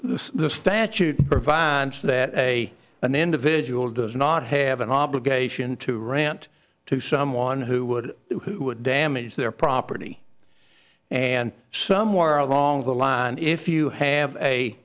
the statute provides that a an individual does not have an obligation to rant to someone who would who would damage their property and somewhere along the line if you have a